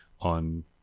on